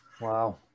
Wow